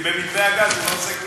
כי במתווה הגז הוא עושה כלום.